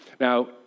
Now